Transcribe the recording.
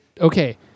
okay